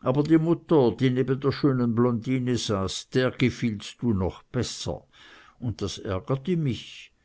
aber die mutter die neben der schönen blondine saß der gefiehlst du noch besser und das ärgerte mich